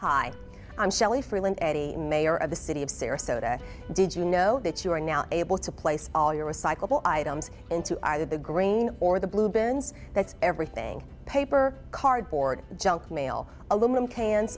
hi i'm shelley freeland mayor of the city of sarasota did you know that you are now able to place all your recyclable items into either the green or the blue bins that's everything paper cardboard junk mail aluminum cans